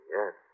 Yes